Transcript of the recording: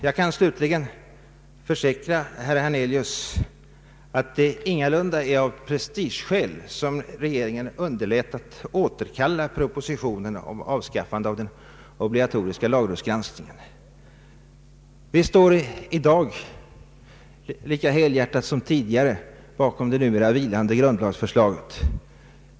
Jag kan slutligen försäkra, herr Hernelius, att det ingalunda är av prestigeskäl som regeringen underlåtit att återkalla propositionen om avskaffande av den obligatoriska lagrådsgranskningen. Vi står i dag lika helhjärtat som tidigare bakom det numera vilande grundlagsförslaget.